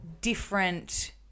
different